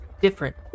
different